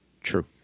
True